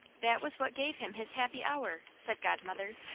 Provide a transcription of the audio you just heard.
that was what gave him his happy hour, said godmother.